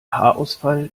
haarausfall